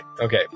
Okay